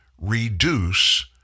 reduce